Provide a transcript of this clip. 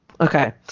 Okay